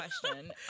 question